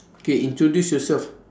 K introduce yourself